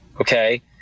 okay